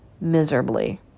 miserably